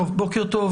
בוקר טוב,